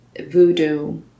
Voodoo